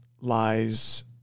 lies